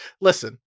Listen